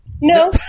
No